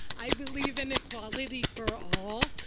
i believe in equality for all,